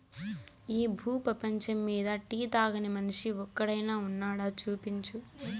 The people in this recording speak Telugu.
ఈ భూ పేపంచమ్మీద టీ తాగని మనిషి ఒక్కడైనా వున్నాడా, చూపించు